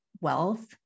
wealth